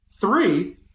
Three –